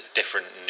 different